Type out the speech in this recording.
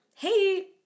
hey